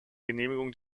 genehmigung